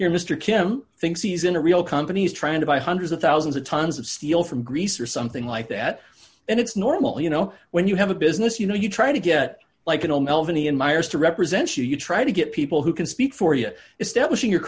your mr kim thinks he's in a real companies trying to buy hundreds of thousands of tons of steel from greece or something like that and it's normal you know when you have a business you know you try to get like you know melvin ian meyers to represent you you try to get people who can speak for you establishing your